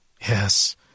Yes